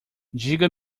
diga